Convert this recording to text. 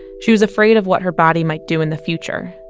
she was afraid of what her body might do in the future